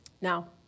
Now